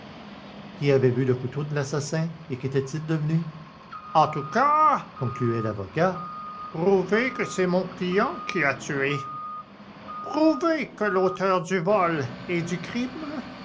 qui avait vu le couteau de l'assassin et qu'était-il devenu et en tout cas concluait l'avocat prouvez que c'est mon client qui a tué prouvez que l'auteur du vol et du crime